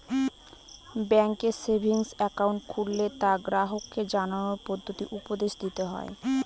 ব্যাঙ্কে savings account খুললে তা গ্রাহককে জানানোর পদ্ধতি উপদেশ দিতে হয়